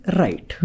right